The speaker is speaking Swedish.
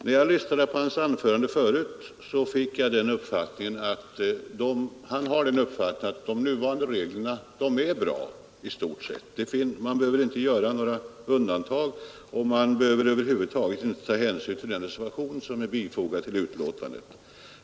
När jag lyssnade på hans anförande förut, fick jag den uppfattningen att han anser att de nuvarande reglerna är bra i stort sett. Man behöver inte göra några undantag, och man behöver över huvud taget inte ta hänsyn till den reservation som är fogad till utlåtandet.